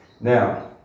Now